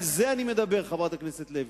על זה אני מדבר, חברת הכנסת לוי.